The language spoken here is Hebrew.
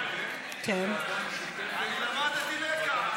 מה הקשר לוועדת החוקה?